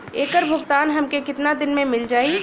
ऐकर भुगतान हमके कितना दिन में मील जाई?